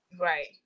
Right